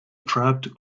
trapped